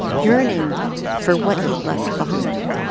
yearning for what he'd left behind